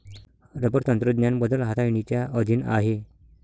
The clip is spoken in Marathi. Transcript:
रबर तंत्रज्ञान बदल हाताळणीच्या अधीन आहे